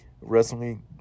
Wrestling